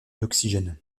d’oxygène